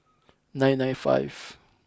nine nine five